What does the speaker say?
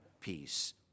peace